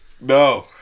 No